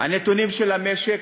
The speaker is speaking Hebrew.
הנתונים של המשק,